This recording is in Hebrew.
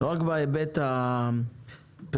רק בהיבט הפריפריאלי,